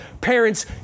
Parents